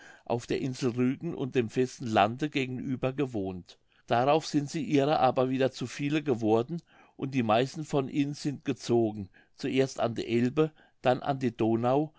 auf der insel rügen und dem festen lande gegenüber ge wohnt darauf sind ihrer aber wieder zu viele geworden und die meisten von ihnen sind gezogen zuerst an die elbe dann an die donau